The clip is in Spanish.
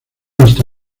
hasta